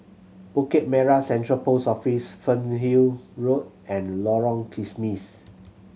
Bukit Merah Central Post Office Fernhill Road and Lorong Kismis